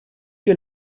que